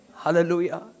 Hallelujah